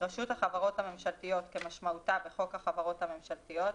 "רשות החברות הממשלתיות" כמשמעותה בחוק החברות הממשלתיות,